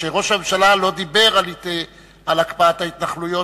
שכשראש הממשלה לא דיבר על הקפאת ההתנחלויות